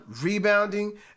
rebounding